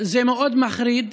זה מאוד מחריד.